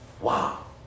Wow